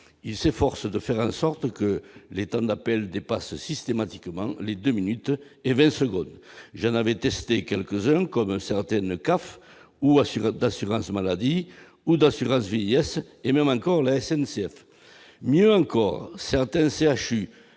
il s'efforce de faire en sorte que l'État n'appel dépasse systématiquement les 2 minutes et 20 secondes Jeanne avait testé quelques heures comme certaines CAF ou à suivre d'assurance maladie ou d'assurance-vie et même encore la SNCF, mieux encore, certains CHU